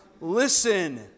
listen